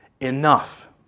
enough